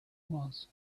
was